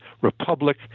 republic